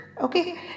okay